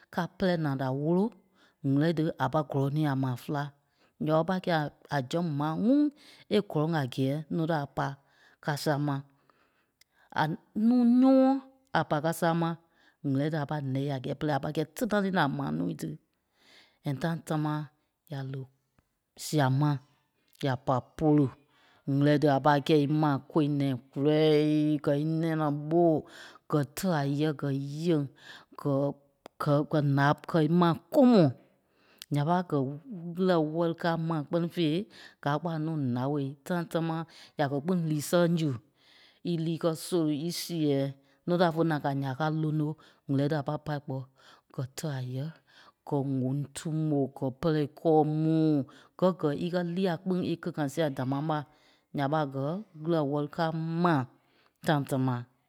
ká pɛrɛ naa da wólo ɣîla tí a pâi gɔ́lɔŋ ní a maa féla. Nya ɓé pâi kɛi a- a zɛ̀ŋ maa ŋúŋ é gɔ́lɔŋ a gɛ́ɛ nuu da a pai ká sama. A nuu nyɔ́ŋ a pa ká sama ɣîla tí a pâi lɛ́ ya a gɛ́ɛ pere a pa kɛ̀i tínaŋ ní la maa nuu tí. And time támaa ya lí sia ma ya pa polu ɣîla tí a pâi kɛ́i ímaa kɔ̂i nɛ̃ɛ kulɛɛɛ gɛ́ í nɛ̃ naa ɓɔ́ gɛ́ tɛ́ a yɛ̂ gɛ́ yeŋ gɛ- gɛ- gɛ́ ǹá- kɛ ímaa kɔmɔɔ. Nya ɓa gɛ ɣîla wɛli káa mai kpɛ́ni fêi gáa kpɔ́ a nuu nào time támaa ya kɛ́ kpîŋ lí sɛŋ su ílîi kɛ́ sóli í séɛɛ nuu da fo naa ká ya ka lóno ɣîla tí a pai pâi kpɔ́ kɛ́ tɛ́ a yɛ̂ gɛ́ ŋ̀óŋ túmo gɛ́ pɛ́lɛ íkɔɔ mu. Gɛ gɛ́ íkɛ lia kpîŋ íkili-ŋai sia damaa mai nya ɓa gɛ ɣîla wɛli káa mai time tamaa.